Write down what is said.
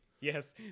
Yes